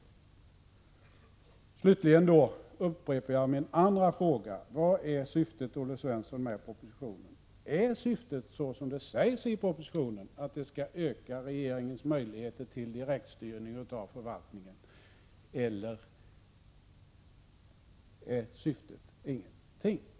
26 Till slut upprepar jag min andra fråga: Vad är syftet med propositionen, Olle Svensson? Är det, såsom det sägs i propositionen, att öka regeringens — Prot. 1986/87:122 möjligheter till direktstyrning av förvaltningen, eller finns det inget syfte? 13 maj 1987